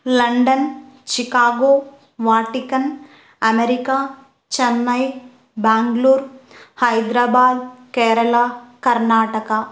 London Chicago Vatican America Chennai Bengaluru Hyderabad Kerala Karnataka